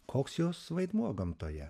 koks jos vaidmuo gamtoje